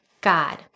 God